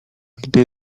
gdy